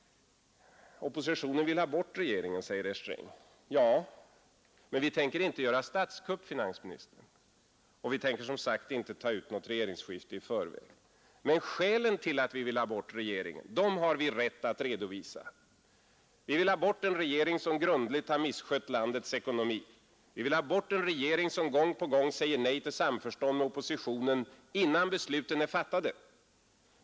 Oppositionen vill ha bort regeringen, säger herr Sträng. Ja, men vi tänker inte göra statskupp, herr finansminister, och vi tänker som sagt inte ta ut något regeringsskifte i förväg. Men skälen till att vi vill ha bort regeringen har vi rätt att redovisa. Vi vill ha bort en regering, som grundligt har misskött landets ekonomi. Vi vill ha bort en regering, som gång på gång säger nej till samarbete med oppositionen, innan besluten är fattade.